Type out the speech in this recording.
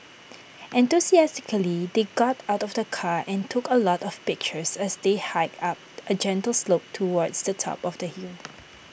enthusiastically they got out of the car and took A lot of pictures as they hiked up A gentle slope towards the top of the hill